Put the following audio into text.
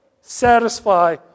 satisfy